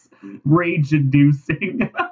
rage-inducing